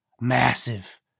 massive